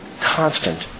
constant